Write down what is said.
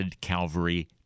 Calvary